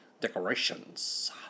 Decorations